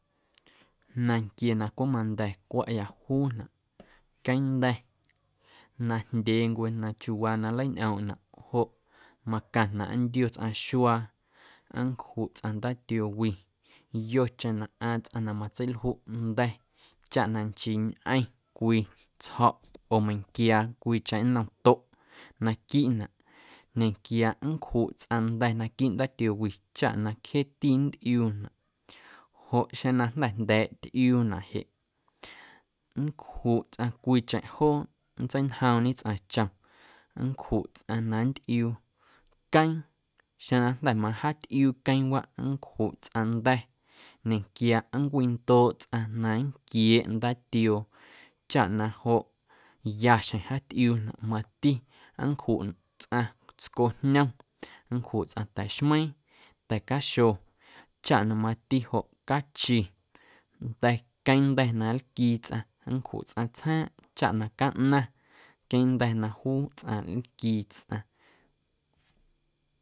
Nanquie na cweꞌ manda̱ cwaꞌya juunaꞌ queeⁿnda̱ najndyeencwe na chiuuwa na nlañꞌoomꞌnaꞌ joꞌ macaⁿnaꞌ nntio tsꞌaⁿ xuaa nncjuꞌ tsꞌaⁿ ndaatioo wi yocheⁿ na ꞌaaⁿ tsꞌaⁿ na matseiljuꞌ nda̱ chaꞌ na nchii ñꞌeⁿ cwii tsjo̱ꞌ oo meiⁿnquia cwiicheⁿ nnom toꞌ naquiiꞌnaꞌ nda̱nquiaꞌ nncjuꞌ tsꞌaⁿ nda̱ naquiiꞌ ndaatioo wi chaꞌ na cjeeti nntꞌiuunaꞌ joꞌ xeⁿ na jnda̱ jnda̱a̱ꞌ tꞌiuunaꞌ jeꞌ nncjuꞌ tsꞌaⁿ cwiicheⁿ joo nntseintjoomñe tsꞌaⁿ chom nncjuꞌ tsꞌaⁿ nanntꞌiuu queeⁿ xeⁿ na jnda̱ majaatꞌiuu queeⁿwaꞌ nncjuꞌ tsꞌaⁿ nda̱ ñequia nncwindooꞌ tsꞌaⁿ na nquieeꞌ ndaatioo chaꞌ na joꞌ ya xjeⁿ jaatꞌiuunaꞌ mati nncjuꞌ tsꞌaⁿ tscojñom nncjuꞌ tsꞌaⁿ ta̱xmeiiⁿ ta̱caxo chaꞌ na mati joꞌ cachi nda̱ queeⁿnda̱ na nlquii tsꞌaⁿ nncjuꞌ tsꞌaⁿ tsjaaⁿꞌ chaꞌ na caꞌnaⁿ queeⁿnda̱ na juu tsꞌaⁿ aaquii tsꞌaⁿ.